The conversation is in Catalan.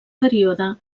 període